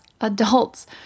adults